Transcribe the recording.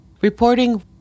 reporting